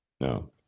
No